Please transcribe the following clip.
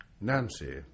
Nancy